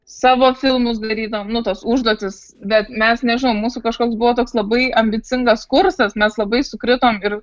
savo filmus darydavom nu tas užduotis bet mes nežinau mūsų kažkoks buvo toks labai ambicingas kursas mes labai sukritom ir